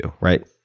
right